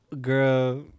girl